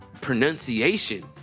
pronunciation